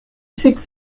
seeks